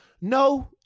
No